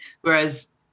whereas